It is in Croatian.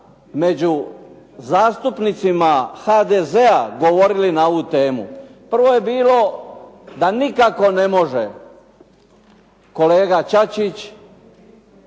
među zastupnicima HDZ-a govorili na ovu temu. Prvo je bilo da nikako ne može kolega Čačić